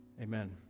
Amen